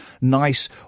nice